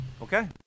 Okay